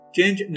Change